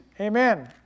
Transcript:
Amen